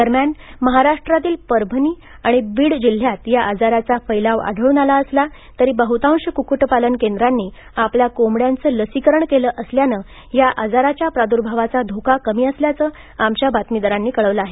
दरम्यान महाराष्ट्रीतील परभणी आणि बीड जिल्ह्यात या आजाराचा फैलाव आढळून आला असला तरी बहुतांश कुक्कुटपालन केंद्रांनी आपल्या कोंबड्याचं लसीकरण केलं असल्यानं या आजाराच्या प्रदुर्भावाचा धोका कमी असल्याचं आमच्या बातमीदारांनी कळवलं आहे